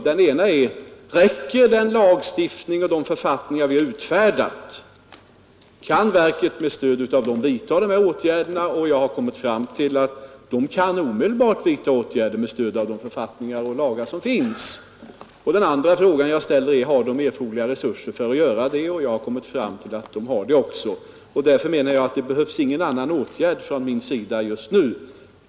Den ena är: Räcker den lagstiftning och de författningar vi utfärdat, och kan verket med stöd av dem vidta nödvändiga åtgärder? Jag har kommit fram till att verket omedelbart kan vidta åtgärder med stöd av gällande lagar och författningar. Den andra frågan är: Har verket erforderliga resurser härför? Jag har kommit fram till att så är fallet. Därför anser jag att det inte behövs någon annan åtgärd från min sida just nu.